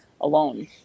alone